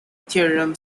theorem